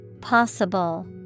Possible